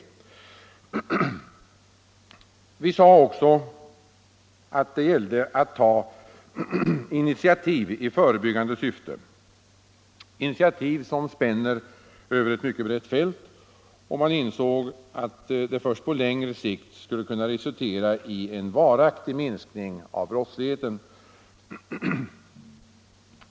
Vi sade också att det gällde att ta initiativ i förebyggande syfte, initiativ som spänner över ett mycket brett fält. Och man insåg att det först på längre sikt skulle kunna resultera i en varaktig minskning av brottsligheten.